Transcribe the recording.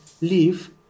leave